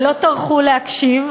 ולא טרחו להקשיב,